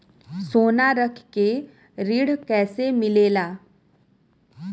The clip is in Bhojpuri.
सोना रख के ऋण कैसे मिलेला?